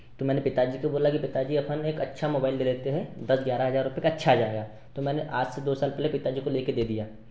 तो मैंने पिताजी को बोला कि पिताजी अपन एक अच्छा मोबाइल ले लेते हैं दस ग्यारह हज़ार रूपये का अच्छा आ जाएगा तो मैंने आज से दो साल पहले पिताजी को लेकर दे दिया